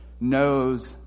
knows